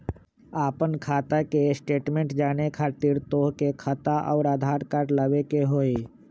आपन खाता के स्टेटमेंट जाने खातिर तोहके खाता अऊर आधार कार्ड लबे के होइ?